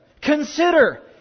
Consider